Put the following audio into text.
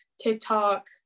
TikTok